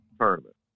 tournament